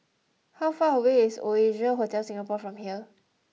how far away is Oasia Hotel Singapore from here